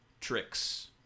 tricks